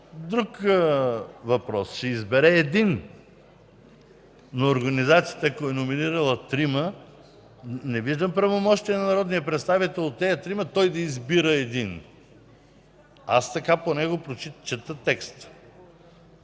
друг въпрос. Ще избере един, но организацията, ако е номинирала трима – не виждам правомощие на народния представител, от тези трима той да избира един. Аз така поне чета текста